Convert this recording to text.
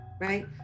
right